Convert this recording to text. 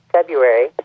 February